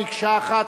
מקשה אחת,